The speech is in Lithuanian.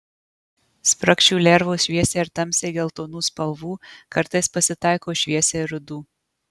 spragšių lervos šviesiai ar tamsiai geltonų spalvų kartais pasitaiko šviesiai rudų